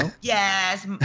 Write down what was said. Yes